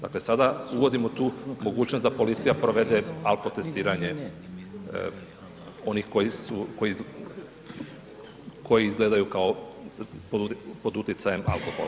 Dakle sada uvodimo tu mogućnost da policija provede alkotestiranje onih koji izgledaju kao pod utjecajem alkohola.